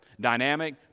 dynamic